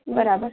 બરાબર